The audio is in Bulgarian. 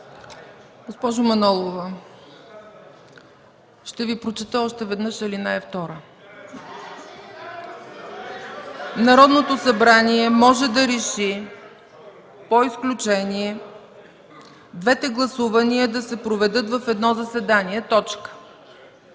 Госпожо Манолова, ще Ви прочета още веднъж ал. 2: „Народното събрание може да реши по изключение двете гласувания да се проведат в едно заседание. Тази